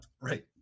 right